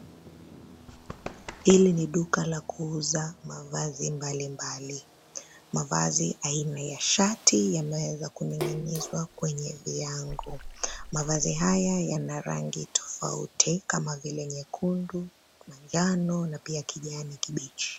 Hili ni duka la kuuza mavazi mbalimbali. Mavazi aina ya shati yanayoweza kuning'inizwa kwenye viango. Mavazi haya yana rangi tofauti kama vile nyekundu ,manjano na pia kijani kibichi.